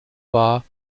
war